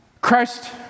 Christ